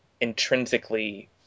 intrinsically